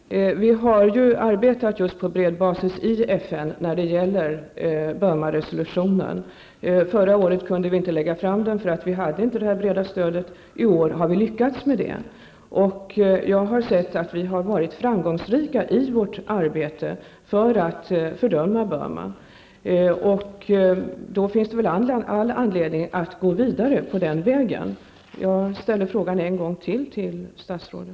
Herr talman! Vi har ju arbetat just på bred basis i FN när det gäller Burmaresolutionen. Förra året kunde vi inte lägga fram den för att vi inte hade det breda stödet. I år har vi lyckats med det. Jag har sett att vi har varit framgångsrika i vårt arbete för att fördöma Burma. Då finns det väl all anledning att gå vidare på den vägen? Jag ställer denna fråga ännu en gång till statsrådet.